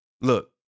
Look